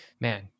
man